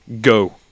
go